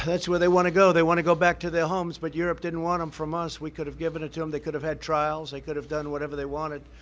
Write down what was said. that's where they want to go. they want to go back to their homes, but europe didn't want them from us. we could have given it to them. they could have had trials. they could have done whatever they wanted.